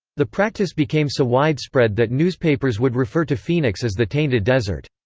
the practice became so widespread that newspapers would refer to phoenix as the tainted desert.